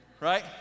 right